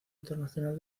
internacional